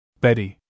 Betty